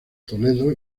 toledo